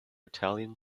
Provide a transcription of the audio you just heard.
italian